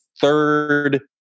third